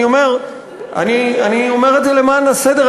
אני אומר את זה למען הסדר,